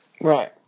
Right